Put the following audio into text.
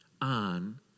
on